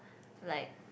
like